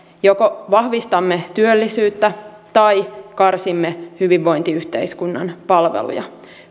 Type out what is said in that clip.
joko vahvistamme työllisyyttä tai karsimme hyvinvointiyhteiskunnan palveluja